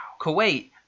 Kuwait